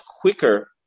quicker